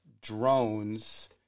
drones